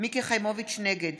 נגד